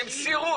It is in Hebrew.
במסירות.